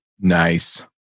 Nice